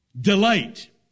Delight